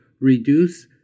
reduce